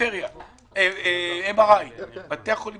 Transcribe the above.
בתי חולים